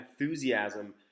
enthusiasm